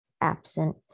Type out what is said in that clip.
absent